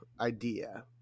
idea